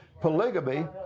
polygamy